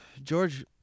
George